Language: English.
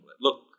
look